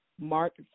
Mark